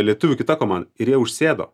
lietuvių kita komanda ir jie užsėdo